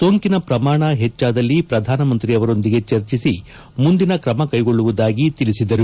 ಸೋಂಕಿನ ಪ್ರಮಾಣ ಹೆಚ್ಚಾದಲ್ಲಿ ಪ್ರಧಾನಮಂತ್ರಿ ಅವರೊಂದಿಗೆ ಚರ್ಚಿಸಿ ಮುಂದಿನ ಕ್ರಮ ಕೈಗೊಳ್ಳುವುದಾಗಿ ತಿಳಿಸಿದರು